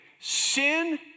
Sin